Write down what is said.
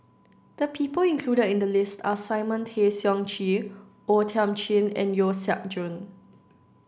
the people included in the list are Simon Tay Seong Chee O Thiam Chin and Yeo Siak Goon